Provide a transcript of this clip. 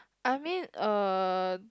I mean uh